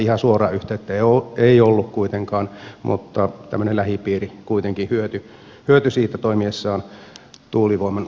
tässä ihan suoraa yhteyttä ei ollut kuitenkaan mutta tämmöinen lähipiiri kuitenkin hyötyi siitä toimiessaan tuulivoiman parissa